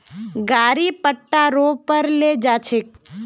गाड़ी पट्टा रो पर ले जा छेक